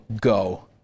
go